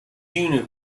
unit